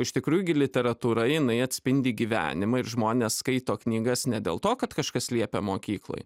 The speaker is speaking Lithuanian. iš tikrųjų gi literatūra jinai atspindi gyvenimą ir žmonės skaito knygas ne dėl to kad kažkas liepia mokykloj